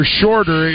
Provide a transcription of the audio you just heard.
shorter